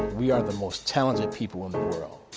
we are the most talented people in the world.